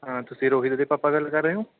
ਹਾਂ ਤੁਸੀਂ ਰੋਹਿਤ ਦੇ ਪਾਪਾ ਗੱਲ ਕਰ ਰਹੇ ਹੋ